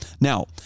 Now